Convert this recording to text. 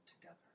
together